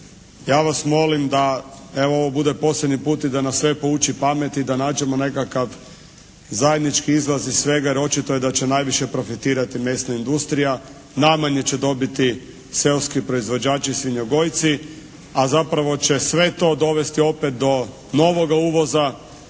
Ja vas molim da evo, ovo bude posljednji put i da nas sve pouči pameti da nađemo nekakav zajednički izlaz iz svega jer očito je da će profitirati mesna industrija. Najmanje će dobiti seoski proizvođači svinjogojci. A zapravo će sve to dovesti opet do novoga uvoza